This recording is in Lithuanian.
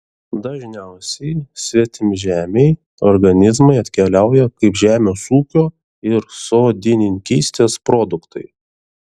dažniausiai svetimžemiai organizmai atkeliauja kaip žemės ūkio ir sodininkystės produktai